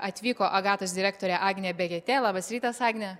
atvyko agatos direktorė agnė begetė labas rytas agnė